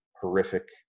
horrific